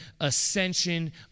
ascension